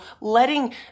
letting